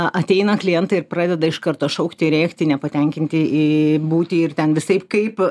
ateina klientai ir pradeda iš karto šaukti rėkti nepatenkinti į būti ir ten visaip kaip